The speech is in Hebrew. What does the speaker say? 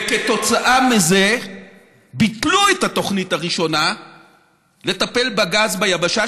וכתוצאה מזה ביטלו את התוכנית הראשונה לטפל בגז ביבשה,